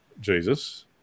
Jesus